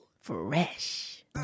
Fresh